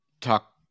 talk